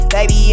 Baby